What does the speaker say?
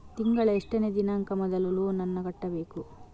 ತಿಂಗಳ ಎಷ್ಟನೇ ದಿನಾಂಕ ಮೊದಲು ಲೋನ್ ನನ್ನ ಕಟ್ಟಬೇಕು?